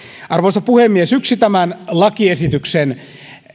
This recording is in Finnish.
arvoisa puhemies yksi tämän lakiesityksen